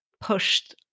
pushed